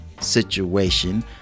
situation